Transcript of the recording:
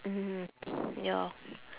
mm ya